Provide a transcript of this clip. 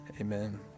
amen